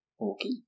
Okay